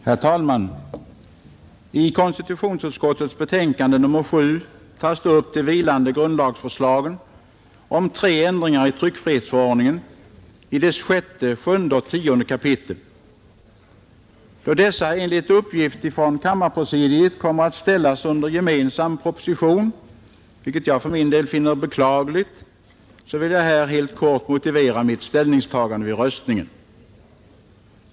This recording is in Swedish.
Herr talman! I konstitutionsutskottets betänkande nr 7 upptas tre vilande grundlagsändringsförslag, nämligen beträffande 6, 7 och 10 kap. tryckfrihetsförordningen. Då dessa förslag enligt uppgift från Kåmmarpresidiet kommer att ställas under gemensam proposition — vilket jag för min del finner beklagligt — vill jag nu helt kort motivera mitt ställningstagande vid den kommande omröstningen.